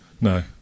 No